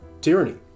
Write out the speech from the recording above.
tyranny